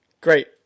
Great